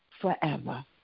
forever